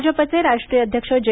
भाजपचेराष्ट्रीय अध्यक्ष जे